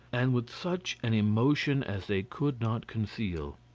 and with such an emotion as they could not conceal.